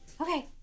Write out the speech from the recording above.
Okay